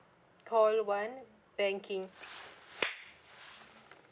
call one banking